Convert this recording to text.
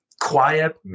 quiet